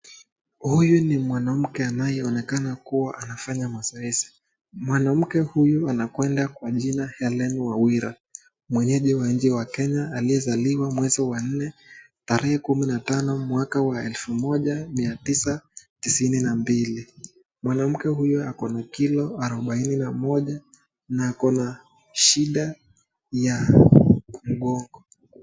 Huyu ni mwanamke anayeonekana kuwa anafanya mazoezi. Mwanamke huyu anakwenda kwa jina Helen Wawira, mwenyeji wa nje wa Kenya, aliyezaliwa mwezi wa nne, tarehe kumi na tano, mwaka wa elfu moja mia tisa tisini na mbili. Mwanamke huyu ako na kilo arubaini na moja na ako na shida ya mgongo.